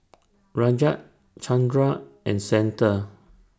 Rajat Chandra and Santha